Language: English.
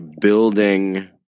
building